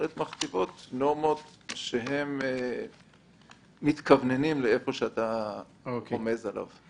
בהחלט מכתיבות נורמות שמתכווננות לאיפה שאתה רומז עליו.